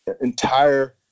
entire